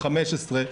15,